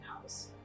house